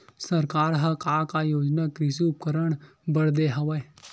सरकार ह का का योजना कृषि उपकरण बर दे हवय?